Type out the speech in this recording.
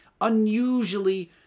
unusually